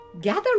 Gather